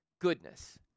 goodness